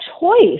choice